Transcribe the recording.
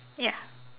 ya